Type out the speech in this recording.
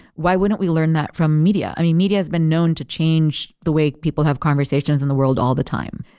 why wouldn't we learn that from media? i mean, media has been known to change the way people have conversations in the world all the time.